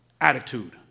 attitude